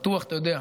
"בטוח" אתה יודע,